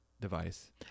device